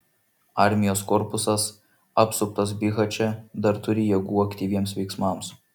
armijos korpusas apsuptas bihače dar turi jėgų aktyviems veiksmams